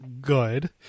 good